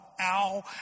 ow